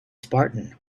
spartan